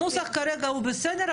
הנוסח כרגע בסדר,